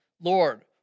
Lord